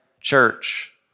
church